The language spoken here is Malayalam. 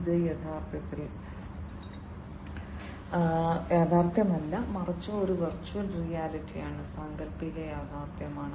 ഇത് യഥാർത്ഥത്തിൽ യാഥാർത്ഥ്യമല്ല മറിച്ച് ഒരു വെർച്വൽ റിയാലിറ്റിയാണ് സാങ്കൽപ്പിക യാഥാർത്ഥ്യമാണ്